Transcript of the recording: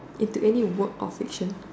into any work of fiction